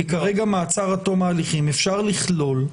כי כרגע מעצר עד תום ההליכים אפשר לכלול.